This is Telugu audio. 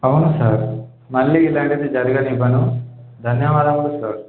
అవును సార్ మళ్ళీ ఇలాంటిది జరగనివ్వను ధన్యవాదములు సార్